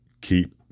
keep